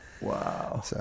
Wow